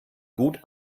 gut